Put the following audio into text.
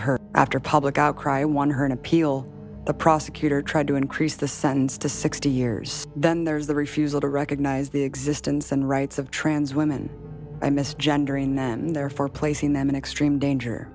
her after a public outcry won her an appeal the prosecutor tried to increase the sentenced to sixty years then there's the refusal to recognize the existence and rights of trans women i missed gendering and therefore placing them in extreme danger